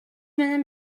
менен